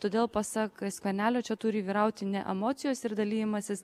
todėl pasak skvernelio čia turi vyrauti ne emocijos ir dalijimasis